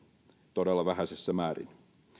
todella vähäisessä määrin